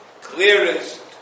clearest